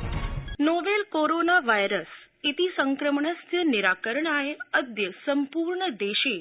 जनता novel corona virus इति संक्रमणस्य निराकरणाय अद्य संपूर्ण देशे